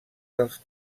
dels